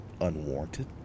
unwarranted